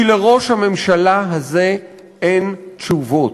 כי לראש הממשלה הזה אין תשובות,